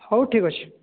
ହଉ ଠିକ୍ ଅଛି